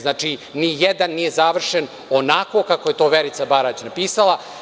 Znači, nijedan nije završen onako kao je to Verica Barać napisala.